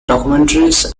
documentaries